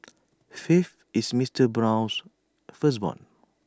faith is Mister Brown's firstborn